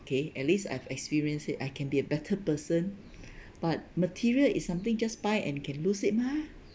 okay at least I've experienced it I can be a better person but material is something just buy and can lose it mah